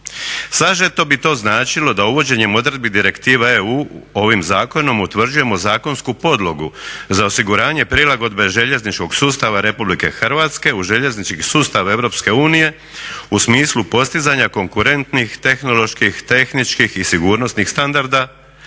Sažeto bi to značilo da uvođenjem odredbi direktiva EU ovim zakonom utvrđujemo zakonsku podlogu za osiguranje prilagodbene željezničkog sustava RH u željeznički sustav EU u smislu postizanja konkurentnih, tehnoloških, tehničkih i sigurnosnih standarda